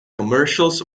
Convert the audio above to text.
commercials